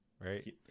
right